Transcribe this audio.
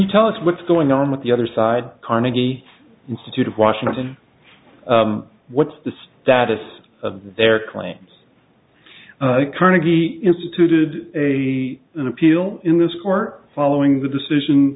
you tell us what's going on with the other side carnegie institute of washington what's the status of their claims carnegie instituted a an appeal in this court following the decision